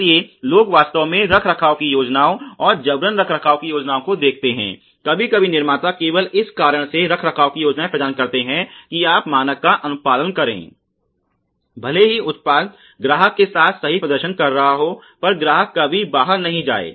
इसलिए लोग वास्तव में रखरखाव की योजनाओं और जबरन रखरखाव की योजनाओं को देखते हैं कभी कभी निर्माता केवल इस कारण से रखरखाव की योजनाएं प्रदान करते हैं कि आप मानक का अनुपालन करें भले ही उत्पाद ग्राहक के साथ सही प्रदर्शन कर रहा हो पर ग्राहक कभी बाहर नहीं जाए